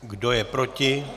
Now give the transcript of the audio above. Kdo je proti?